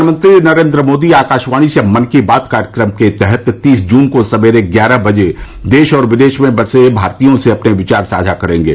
प्रधानमंत्री नरेन्द्र मोदी आकाशवाणी से मन की बात कार्यक्रम के तहत तीस जून को सवेरे ग्यारह बजे देश और विदेश में बसे भारतीयों से अपने विचार साझा करेंगे